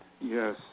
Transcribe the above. Yes